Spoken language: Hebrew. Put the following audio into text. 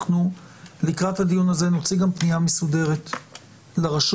ולקראת הדיון הזה תצא פנייה מסודרת לרשות